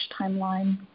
timeline